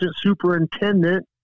superintendent